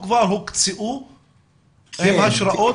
כבר הוקצו עם הרשאות?